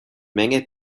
menge